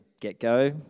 get-go